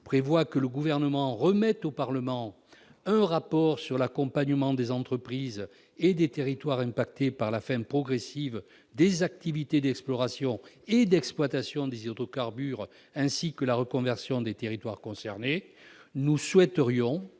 prévoit que le Gouvernement remette au Parlement un rapport sur l'accompagnement des entreprises et des territoires impactés par la fin progressive des activités d'exploration et d'exploitation des hydrocarbures, ainsi que sur la reconversion des territoires concernés. Nous souhaiterions